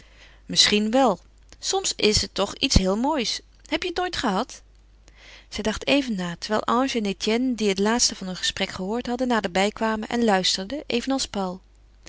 misschien wel soms is het toch iets heel moois heb je het nooit gehad zij dacht even na terwijl ange en etienne die het laatste van hun gesprek gehoord hadden naderbij kwamen en luisterden evenals paul